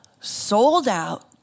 sold-out